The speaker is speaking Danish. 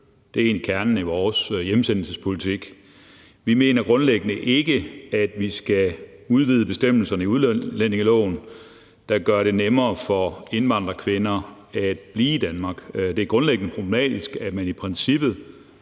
Det er egentlig kernen i vores hjemsendelsespolitik. Vi mener grundlæggende ikke, at vi skal udvide bestemmelserne i udlændingeloven og gøre det nemmere for indvandrerkvinder at blive i Danmark. Det er grundlæggende problematisk, at man ikke